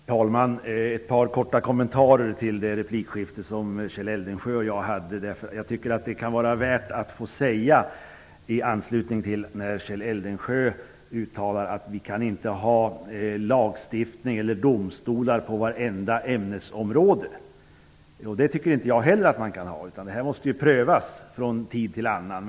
Herr talman! Jag vill göra ett par korta kommentarer till det replikskifte som Kjell Eldensjö och jag hade. Kjell Eldensjö uttalar att vi inte kan ha lagstiftning eller domstolar på vartenda ämnesområde. Det tycker inte jag heller att man kan ha. Det måste prövas från tid till annan.